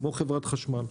כמו חברת חשמל,